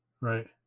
Right